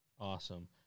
Awesome